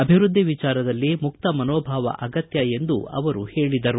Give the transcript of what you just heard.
ಅಭಿವೃದ್ಧಿ ವಿಚಾರದಲ್ಲಿ ಮುಕ್ತ ಮನೋಭಾವ ಅಗತ್ಯವೆಂದು ಅವರು ಹೇಳಿದರು